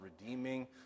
redeeming